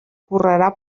correrà